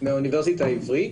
מהאוניברסיטה העברית.